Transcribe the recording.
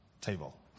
table